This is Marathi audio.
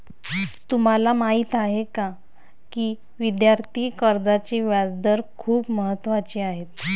तुम्हाला माहीत आहे का की विद्यार्थी कर्जाचे व्याजदर खूप महत्त्वाचे आहेत?